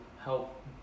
help